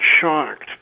shocked